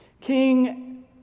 King